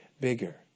bigger